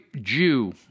Jew